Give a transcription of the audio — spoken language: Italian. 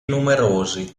numerosi